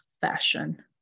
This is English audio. fashion